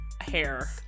hair